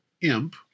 imp